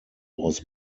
was